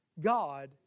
God